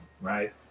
Right